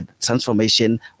transformation